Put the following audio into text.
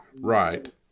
Right